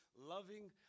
loving